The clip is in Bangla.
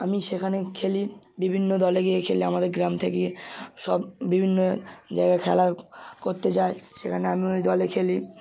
আমি সেখানে খেলি বিভিন্ন দলে গিয়ে খেললে আমাদের গ্রাম থেকে সব বিভিন্ন জায়গায় খেলা করতে যায় সেখানে আমিও ঐ দলে খেলি